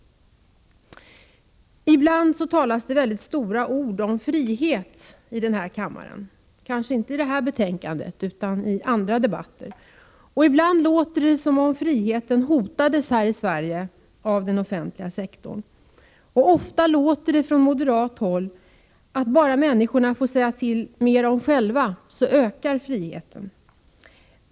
Ibland talas det med stora ord i denna kammare om frihet, dock kanske inte i debatten om detta betänkande utan i andra debatter. Ibland låter det som om friheten hotades av den offentliga sektorn här i Sverige. Ofta säger moderater att om bara människorna själva får mer att säga till om så ökar friheten.